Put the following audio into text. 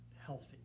healthy